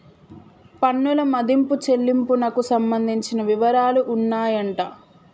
పన్నుల మదింపు చెల్లింపునకు సంబంధించిన వివరాలు ఉన్నాయంట